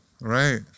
right